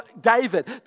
David